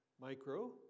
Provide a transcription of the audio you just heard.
micro